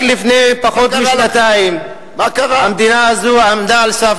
רק לפני פחות משנתיים המדינה הזאת עמדה על סף